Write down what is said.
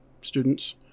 Students